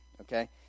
okay